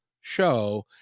show